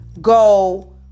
go